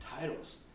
Titles